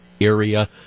area